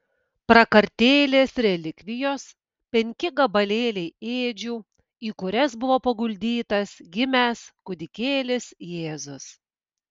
prakartėlės relikvijos penki gabalėliai ėdžių į kurias buvo paguldytas gimęs kūdikėlis jėzus